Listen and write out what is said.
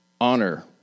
honor